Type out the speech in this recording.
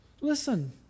Listen